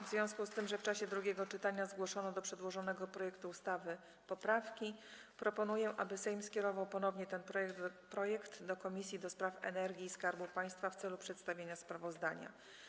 W związku z tym, że w czasie drugiego czytania zgłoszono do przedłożonego projektu ustawy poprawki, proponuję, aby Sejm skierował ponownie ten projekt do Komisji do Spraw Energii i Skarbu Państwa w celu przedstawienia sprawozdania.